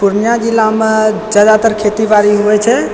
पुर्णियाँ जिलामे ज्यादातर खेतीबाड़ी होइत छै